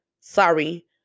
Sorry